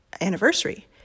anniversary